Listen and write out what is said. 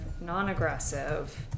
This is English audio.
non-aggressive